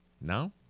No